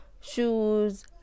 shoes